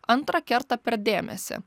antra kerta per dėmesį